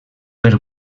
per